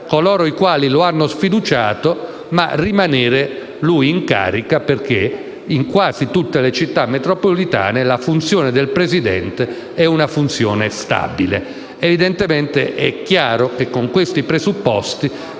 coloro i quali lo hanno sfiduciato mentre lui rimane in carica, perché in quasi tutte le città metropolitane la funzione del Presidente è una funzione stabile. Evidentemente, con questi presupposti